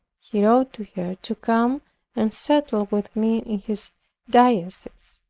he wrote to her to come and settle with me in his diocese.